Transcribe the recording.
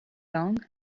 long